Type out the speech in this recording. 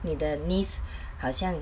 你的 niece 好像